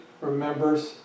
remembers